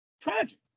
Tragic